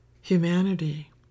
humanity